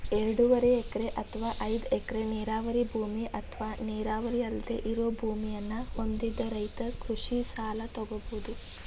ಎರಡೂವರೆ ಎಕರೆ ಅತ್ವಾ ಐದ್ ಎಕರೆ ನೇರಾವರಿ ಭೂಮಿ ಅತ್ವಾ ನೇರಾವರಿ ಅಲ್ದೆ ಇರೋ ಭೂಮಿಯನ್ನ ಹೊಂದಿದ ರೈತ ಕೃಷಿ ಸಲ ತೊಗೋಬೋದು